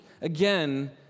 again